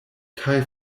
kaj